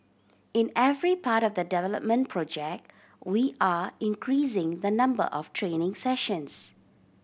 in every part of the development project we are increasing the number of training sessions